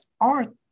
art